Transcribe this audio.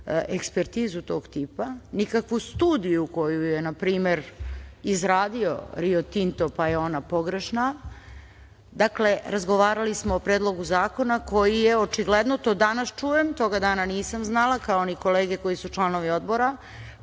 ekspertizu tog tipa, nikakvu studiju koju je npr. izradio Rio Tinto, pa je ona pogrešna. Dakle, razgovarali smo o predlogu zakona koji je očigledno, to danas čujem, toga dana nisam znala, kao ni kolege koji su članovi odbora,